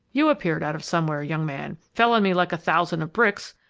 you appeared out of somewhere, young man, fell on me like a thousand of bricks,